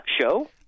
show